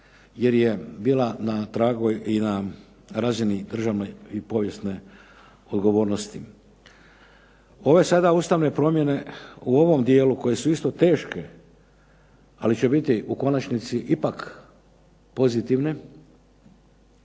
jer je bila na tragu i na razini državne povijesne odgovornosti. Ove sada ustavne promjene u ovom dijelu koje su bile teške ali će biti u konačnici ipak pozitivne,